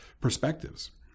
perspectives